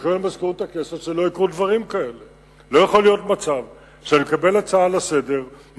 לא יכול להיות מצב שאני מקבל הצעה לסדר-היום,